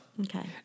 Okay